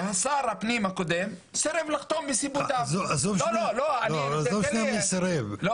שר הפנים הקודם סירב לחתום מסיבותיו --- עזוב שנייה מי סירב,